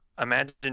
Imagine